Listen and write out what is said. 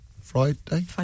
Friday